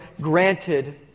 granted